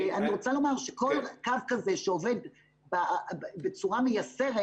אני רוצה לומר שכל קו כזה שעובד בצורה מייסרת,